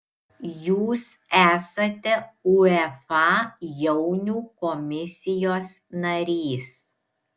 jūs esate uefa jaunių komisijos narys